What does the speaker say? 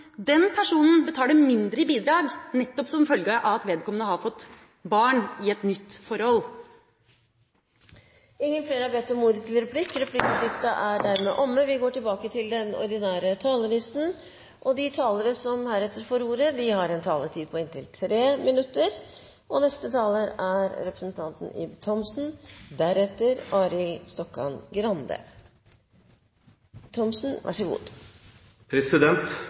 den bidragspliktiges evne til å betale bidrag. Hvis vedkommende har fått nye barn i et nytt forhold, spiller det inn. Dermed kan den personen betale mindre i bidrag, nettopp som følge av at vedkommende har fått barn i et nytt forhold. Replikkordskiftet er over. De talere som heretter får ordet, har en taletid på inntil 3 minutter. Jeg skulle ønske vi så